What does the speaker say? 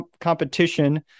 competition